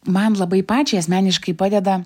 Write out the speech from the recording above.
man labai pačiai asmeniškai padeda